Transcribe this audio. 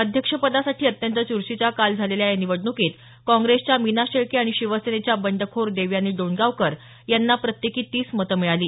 अध्यक्षपदासाठी अत्यंत चुरशीच्या काल झालेल्या या निवडणुकीत काँग्रेसच्या मीना शेळके आणि शिवसेनेच्या बंडखोर देवयानी डोणगावकर यांना प्रत्येकी तीस मतं मिळाली